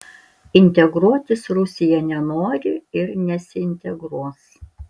integruotis rusija nenori ir nesiintegruos